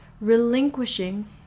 relinquishing